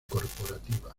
corporativa